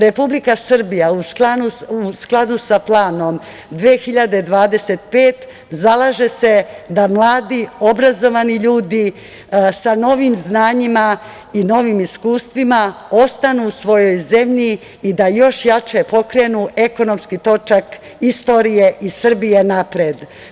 Republika Srbija u skladu sa planom „Srbija 2025“ zalaže se da mladi, obrazovani ljudi sa novim znanjima i novim iskustvima ostanu u svojoj zemlji i da još jače pokrenu ekonomski točak istorije i Srbije napred.